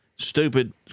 stupid